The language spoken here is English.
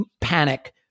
panic